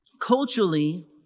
Culturally